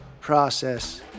process